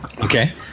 Okay